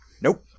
Nope